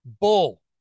bull